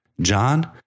John